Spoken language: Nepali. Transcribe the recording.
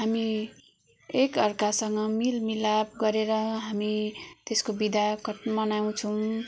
हामी एक अर्कासँग मेल मिलाप गरेर हामी त्यसको बिदा कट् मनाउछौँ